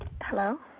Hello